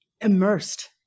immersed